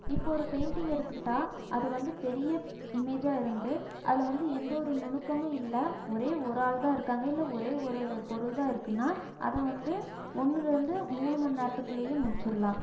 இப்போ ஒரு பெயிண்டிங் எடுத்துக்கிட்டா அது வந்து பெரிய இமேஜாக இருந்து அதில் வந்து எந்தவொரு நுணுக்கமும் இல்லை ஒரே ஒரு ஆள்தான் இருக்காங்க இல்லை ஒரே ஒரு பொருள்தான் இருக்குனால் அதை வந்து ஒன்றில் இருந்து மூணு மணி நேரத்துக்குள்ளேயே முடிச்சிடலாம்